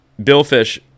billfish